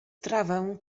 trawę